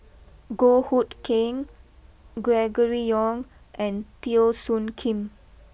Goh Hood Keng Gregory Yong and Teo Soon Kim